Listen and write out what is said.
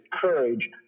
courage